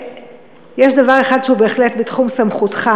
יש דבר אחד שהוא בהחלט בתחום סמכותך,